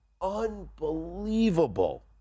unbelievable